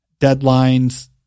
deadlines